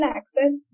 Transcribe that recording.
access